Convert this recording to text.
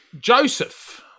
Joseph